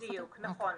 בדיוק, נכון.